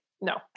no